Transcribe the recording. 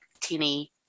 tinny